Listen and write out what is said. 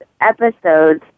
episodes